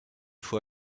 faut